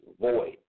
void